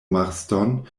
marston